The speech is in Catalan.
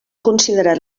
considerat